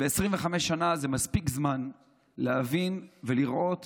25 שנה זה מספיק זמן להבין ולראות